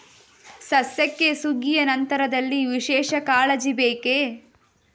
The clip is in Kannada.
ಸಸ್ಯಕ್ಕೆ ಸುಗ್ಗಿಯ ನಂತರದಲ್ಲಿ ವಿಶೇಷ ಕಾಳಜಿ ಬೇಕೇ?